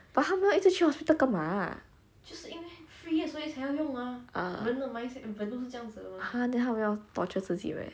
他们一直去 hospital 干嘛 ah !huh! then 他们要 torture 自己 meh